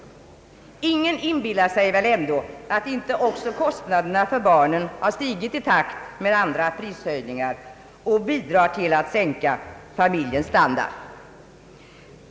Ingen inbillar sig väl ändå att inte också kostnaderna för barnen har stigit i takt med andra priser och bidrar till att sänka familjens standard?